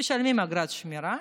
ומשלמים אגרת שמירה.